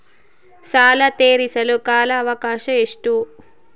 ಸಾಲ ತೇರಿಸಲು ಕಾಲ ಅವಕಾಶ ಎಷ್ಟು?